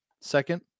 second